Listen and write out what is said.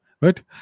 right